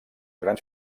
grans